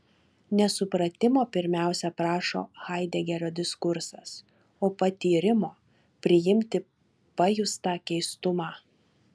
ne supratimo pirmiausia prašo haidegerio diskursas o patyrimo priimti pajustą keistumą